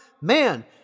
man